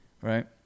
right